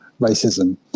racism